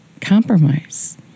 compromise